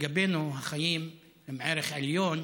לגבינו החיים הם ערך עליון,